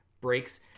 breaks